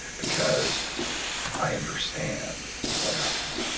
because i understand what happened.